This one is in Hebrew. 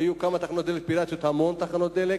היו כמה תחנות דלק פיראטיות, המון תחנות דלק.